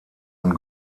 und